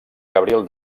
gabriel